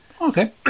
Okay